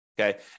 okay